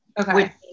Okay